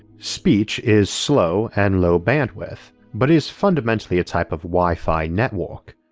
speech is slow and low bandwidth, but is fundamentally a type of wifi network.